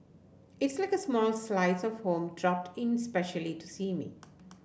it's like a small slice of home dropped in specially to see me